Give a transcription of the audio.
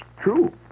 true